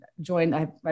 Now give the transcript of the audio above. join